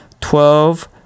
twelve